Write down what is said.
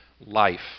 life